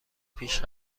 پیش